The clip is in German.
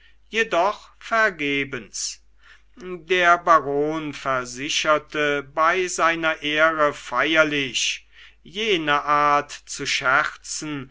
jedoch vergebens der baron versicherte bei seiner ehre feierlich jene art zu scherzen